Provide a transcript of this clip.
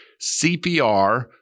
CPR